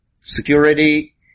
security